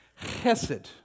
Chesed